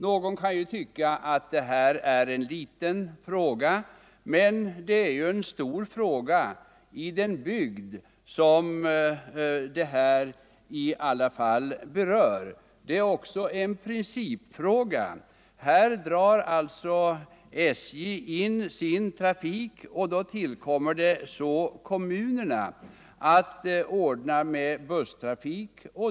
Man kan tycka att det här är en liten fråga, men det är en stor fråga i den bygd som detta berör. Det är också en principfråga. Här drar alltså SJ in sin trafik, och då tillkommer det kommunerna att ordna med busstrafik.